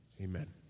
Amen